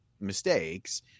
mistakes